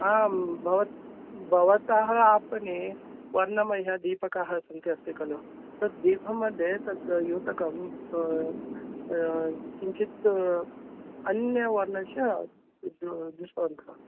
आं भवतः भवतः आपणे वर्णमयाः दीपकाः सन्ति अस्ति खलु तद् दीपमध्ये तद् युतकं किञ्चित् अन्य वर्णस्य दृष्टवन्तः